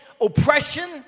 oppression